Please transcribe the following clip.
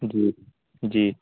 جی جی